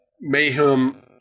mayhem